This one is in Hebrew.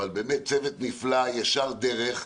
אבל באמת צוות נפלא, ישר דרך,